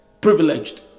privileged